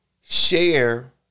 share